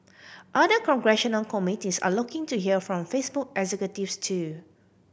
other congressional committees are looking to hear from Facebook executives too